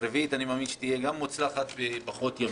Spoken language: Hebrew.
רביעית אני מאמין שתהיה גם מוצלחת בפחות ימים.